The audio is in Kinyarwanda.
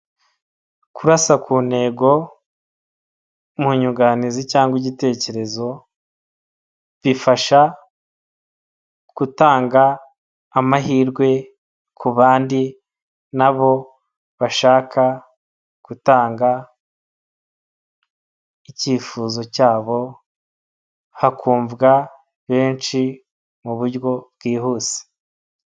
Kurasa ku ntego mu nyunganizi cyangwa igitekerezo bifasha gutanga amahirwe ku bandi nabo bashaka gutanga icyifuzo cyabo hakumvwa benshi mu buryo bwihuse.